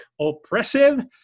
oppressive